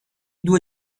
due